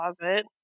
closet